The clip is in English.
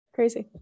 Crazy